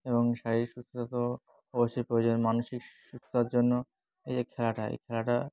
এবং শারীরিক সুস্থতা তো অবশ্যই প্রয়োজন মানসিক সুস্থতার জন্য এই যে খেলাটা এই খেলাটা